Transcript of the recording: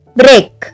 break